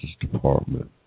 Department